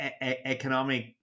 economic